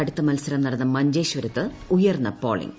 കടുത്ത മത്സരം നടന്ന മഞ്ചേശ്വരത്ത് ഉയർന്ന പോളിംഗ്